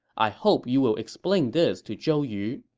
i hope you will explain this to zhou yu,